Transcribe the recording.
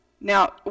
Now